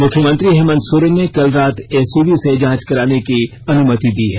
मुख्यमंत्री हेमंत सोरेन ने कल रात एसीबी से जांच कराने की अनुमति दी है